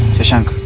shashank?